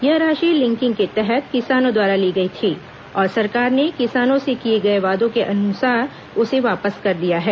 यह राशि लिंकिंग के तहत किसानों द्वारा ली गई थी और सरकार ने किसानों से किए गए वादों के अनुसार उसे वापस कर दिया है